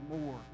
more